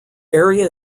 area